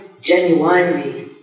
genuinely